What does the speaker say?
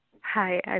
Hi